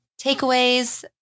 takeaways